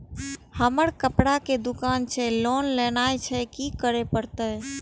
हमर कपड़ा के दुकान छे लोन लेनाय छै की करे परतै?